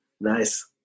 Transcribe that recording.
Nice